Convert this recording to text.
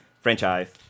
franchise